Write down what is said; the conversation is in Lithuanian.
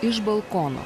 iš balkono